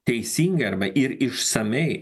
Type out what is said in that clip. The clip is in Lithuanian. teisingai arba ir išsamiai